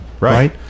right